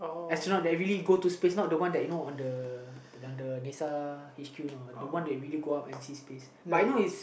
astronaut that really go to space not the one that you know on the one the Nasa H_Q know the one that really go up and see space but I know is